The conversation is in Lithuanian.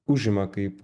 užima kaip